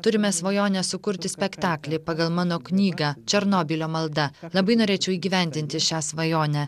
turime svajonę sukurti spektaklį pagal mano knygą černobylio malda labai norėčiau įgyvendinti šią svajonę